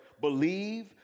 believe